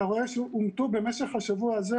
אתה רואה שאומתו במשך השבוע הזה